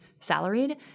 salaried